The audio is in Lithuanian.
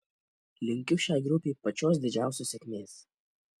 linkiu šiai grupei pačios didžiausios sėkmės